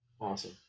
Awesome